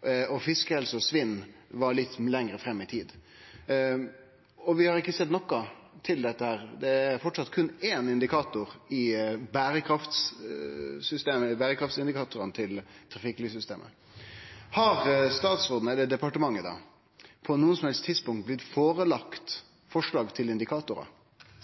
utsleppsindikatorar. Fiskehelse og svinn låg litt lenger fram i tid. Vi har ikkje sett noko til dette; det er framleis berre éin indikator i berekraftsindikatorane til trafikklyssystemet. Har det på noko som helst tidspunkt blitt lagt fram forslag til indikatorar